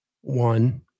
one